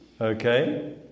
Okay